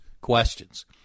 questions